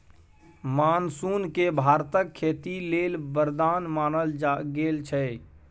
monsoon केँ भारतक खेती लेल बरदान मानल गेल छै